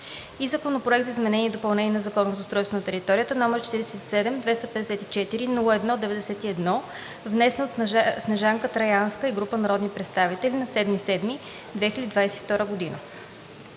и Законопроект за изменение и допълнение на Закона за устройство на територията, № 47-254-01-91, внесен от Снежанка Траянска и група народни представители на 7 юли 2022 г.